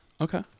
Okay